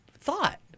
thought